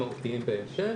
משמעותיים בהמשך,